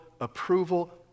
approval